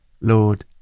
Lord